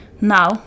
Now